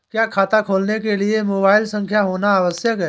क्या खाता खोलने के लिए मोबाइल संख्या होना आवश्यक है?